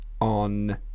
on